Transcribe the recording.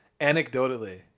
anecdotally